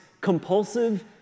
compulsive